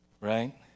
Right